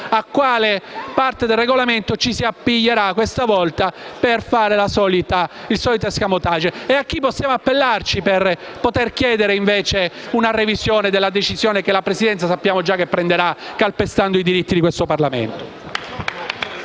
a quale parte del Regolamento ci si appiglierà questa volta per il solito *escamotage.* E ci dica a chi possiamo appellarci per poter chiedere una revisione della decisione che la Presidenza sappiamo già che prenderà, calpestando i diritti di questo Parlamento.